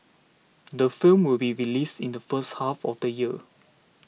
the film will be released in the first half of the year